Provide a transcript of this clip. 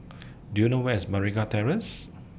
Do YOU know Where IS Meragi Terrace